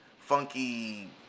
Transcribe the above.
funky